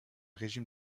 régime